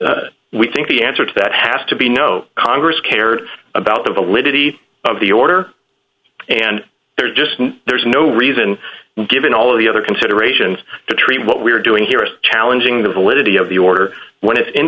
analysis we think the answer to that has to be no congress cared about the validity of the order and their distant there's no reason given all the other considerations to treat what we are doing here is challenging the validity of the order when it in